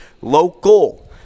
local